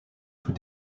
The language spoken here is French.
tout